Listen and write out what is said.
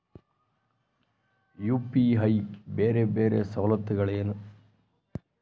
UPI ಬೇರೆ ಬೇರೆ ಸವಲತ್ತುಗಳೇನು?